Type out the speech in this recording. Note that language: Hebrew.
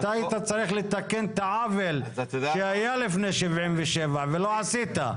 אתה היית צריך לתקן את העוול שהיה לפני 77 ולא עשית.